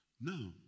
Now